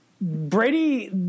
brady